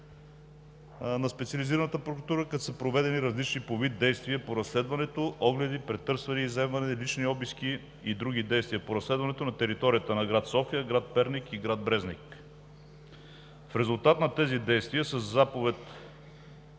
на Специализираната прокуратура, като са проведени различни по вид действия по разследването – огледи, претърсвания, изземване, лични обиски и други действия по разследването на територията на град София, град Перник и град Брезник. В резултат на тези действия със заповед